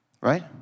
right